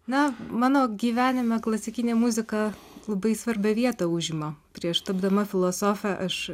na mano gyvenime klasikinė muzika labai svarbią vietą užima prieš tapdama filosofe aš